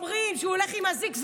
אומרים שהוא הולך עם אזיק,